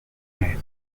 york